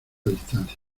distancia